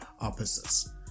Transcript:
opposites